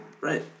right